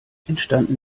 entstanden